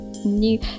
new